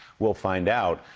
we'll find out.